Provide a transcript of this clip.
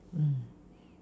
mm